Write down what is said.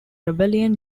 rebellion